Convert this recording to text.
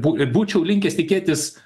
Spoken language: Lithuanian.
bū būčiau linkęs tikėtis